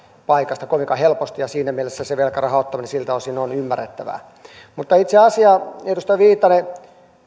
paikasta kovinkaan helposti ja siinä mielessä se velkarahan ottaminen on siltä osin ymmärrettävää mutta itse asiaan edustaja viitanen